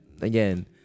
again